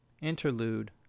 interlude